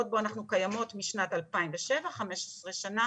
בו ואנחנו קיימות מאז שנת 2007 מזה 15 שנה